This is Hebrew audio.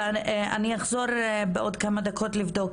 אני אחזור בעוד כמה דקות לבדוק,